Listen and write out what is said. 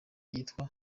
yitwa